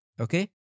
Okay